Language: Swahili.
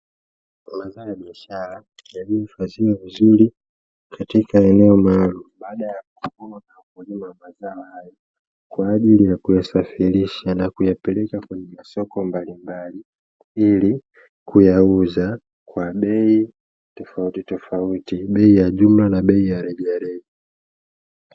Mazao ya biashara yaliyohifadhiwa vizuri katika eneo maalumu baada ya mavuno na wakulima wa mazao hayo kwajili ya kuyasafirisha na kuyapeleka kwenye masoko mbalimbali ili kuyauza kwa bei tofauti tofauti bei ya jumla na bei ya reja reja.